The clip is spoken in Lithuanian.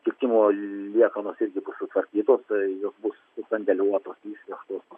kirtimo liekanos irgi bus sutvarkytos jos bus susandėliuotos išvežtos